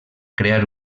crear